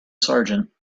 sergeant